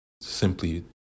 simply